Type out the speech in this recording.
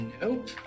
Nope